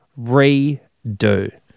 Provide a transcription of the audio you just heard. redo